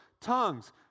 tongues